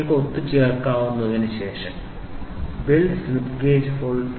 നിങ്ങൾക്ക് ഒത്തുചേർക്കാനും അതിനുശേഷം Build Slip gauge for 29